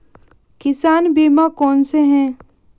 किसान बीमा कौनसे हैं?